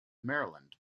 maryland